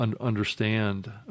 understand